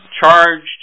charged